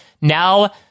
Now